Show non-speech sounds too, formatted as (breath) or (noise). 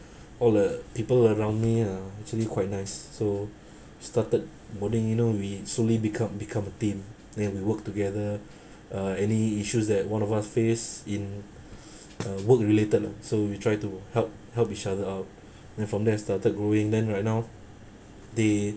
all the people around me ah actually quite nice so I started moulding you know we slowly become become a team then we work together uh any issues that one of our face in (breath) uh work related lah so we try to help help each other out then from there I started growing then right now they